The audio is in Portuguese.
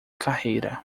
carreira